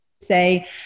say